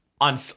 on